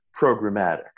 programmatic